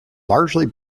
largely